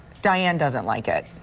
diane doesn't like it.